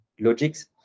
logics